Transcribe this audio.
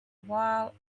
while